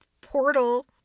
portal